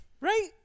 Right